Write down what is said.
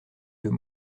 deux